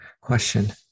question